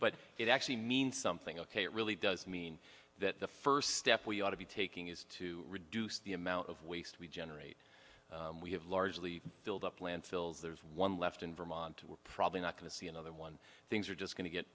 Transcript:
but it actually means something ok it really does mean that the first step we ought to be taking is to reduce the amount of waste we generate we have largely filled up landfills there's one left in vermont and we're probably not going to see another one things are just going to get